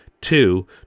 Two